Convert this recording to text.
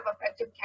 Effective